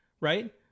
right